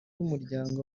w’umuryango